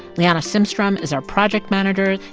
liana simstrom is our project manager.